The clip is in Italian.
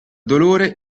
dolore